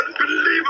unbelievable